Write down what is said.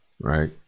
right